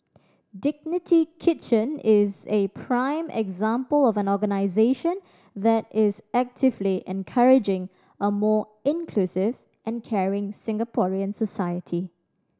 Dignity Kitchen is a prime example of an organisation that is actively encouraging a more inclusive and caring Singaporean society